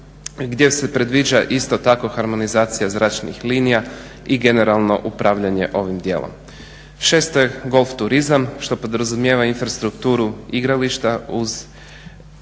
gdje se predviđa isto tako harmonizacija zračnih linija i generalno upravljanje ovim djelom. 6. je golf turizam što podrazumijeva infrastrukturu igrališta uz